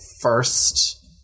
first